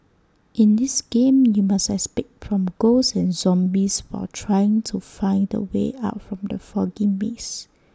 in this game you must escape from ghosts and zombies while trying to find the way out from the foggy maze